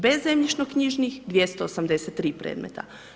Bez zemljišno knjižnih, 283 predmeta.